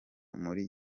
muri